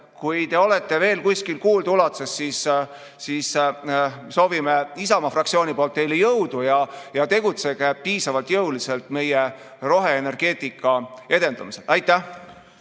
kui te olete veel kuskil kuuldeulatuses, soovime Isamaa fraktsiooniga teile jõudu. Tegutsege piisavalt jõuliselt meie roheenergeetika edendamisel. Aitäh!